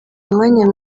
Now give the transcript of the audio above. umwanya